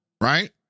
right